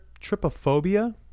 tripophobia